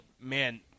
man